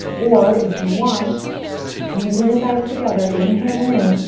or if you want squeeze the inner thighs together, inhale in,